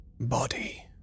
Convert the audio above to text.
body